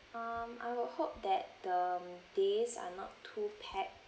um I would hope that the days are not to pack